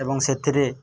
ଏବଂ ସେଥିରେ